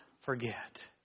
forget